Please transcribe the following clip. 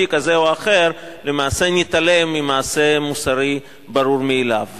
כזה או אחר למעשה תתעלם מעניין מוסרי ברור מאליו.